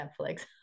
Netflix